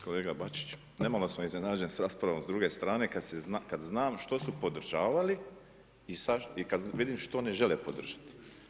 Kolega Bačić, nemalo sam iznenađen s raspravom s druge strane, kad znam što su podržavali i kad vidim što ne žele podržati.